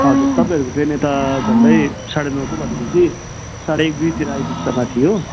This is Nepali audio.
हजुर तपाईँहरूको ट्रेन यता झन्डै साढे नौको भनेपछि साढे एक दुईतिर आइपुग्छ हो माथि हो